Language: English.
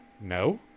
No